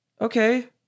Okay